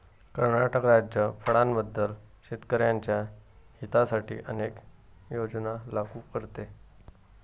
कर्नाटक राज्य फळांबद्दल शेतकर्यांच्या हितासाठी अनेक योजना लागू करते